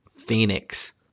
phoenix